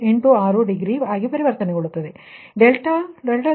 86 degree ಆಗಿ ಪರಿವರ್ತನೆಗೊಳ್ಳುತ್ತದೆ ಮತ್ತು ∆3 0